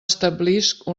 establisc